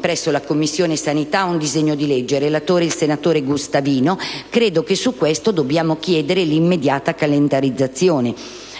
presso la Commissione sanità un disegno di legge (relatore il senatore Gustavino) del quale credo che dobbiamo chiedere l'immediata calendarizzazione.